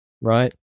right